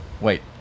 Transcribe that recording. Wait